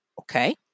okay